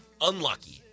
unlucky